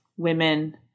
Women